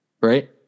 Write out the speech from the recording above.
Right